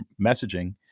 messaging